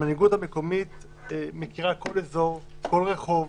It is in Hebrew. המנהיגות המקומית מכירה כל אזור, כל רחוב,